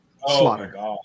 Slaughter